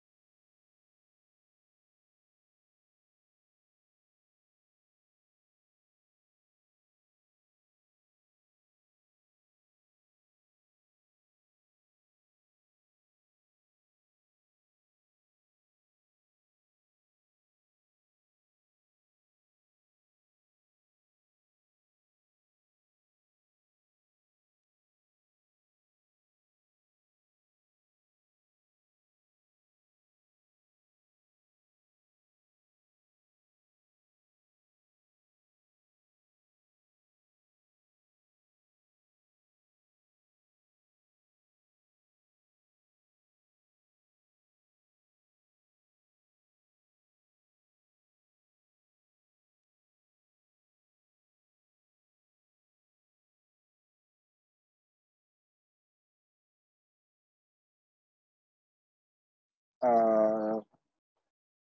uh